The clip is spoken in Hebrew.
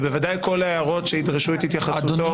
ובוודאי כל ההערות שידרשו את התייחסותו